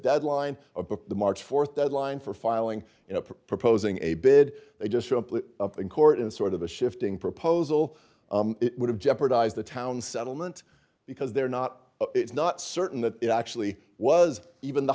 deadline of the march th deadline for filing proposing a bid they just simply up in court and sort of a shifting proposal it would have jeopardized the town settlement because they're not it's not certain that it actually was even the